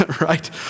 Right